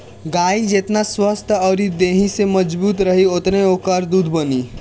गाई जेतना स्वस्थ्य अउरी देहि से मजबूत रही ओतने ओकरा दूध बनी